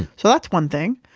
so that's one thing.